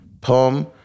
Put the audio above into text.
poem